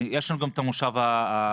יש לנו גם את מושב החורף,